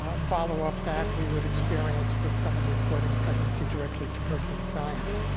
ah follow-up that we would experience with someone reporting a pregnancy directly to protein science.